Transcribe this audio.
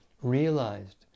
realized